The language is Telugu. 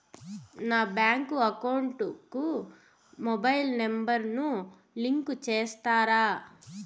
నా బ్యాంకు అకౌంట్ కు మొబైల్ నెంబర్ ను లింకు చేస్తారా?